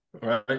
right